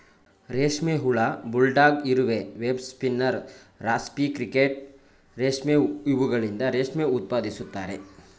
ರೇಷ್ಮೆ ಹುಳ, ಬುಲ್ಡಾಗ್ ಇರುವೆ, ವೆಬ್ ಸ್ಪಿನ್ನರ್, ರಾಸ್ಪಿ ಕ್ರಿಕೆಟ್ ರೇಷ್ಮೆ ಇವುಗಳಿಂದ ರೇಷ್ಮೆ ಉತ್ಪಾದಿಸುತ್ತಾರೆ